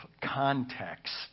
context